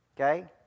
okay